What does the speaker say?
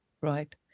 Right